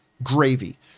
Gravy